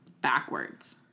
backwards